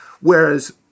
Whereas